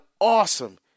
awesome